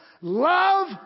Love